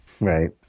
Right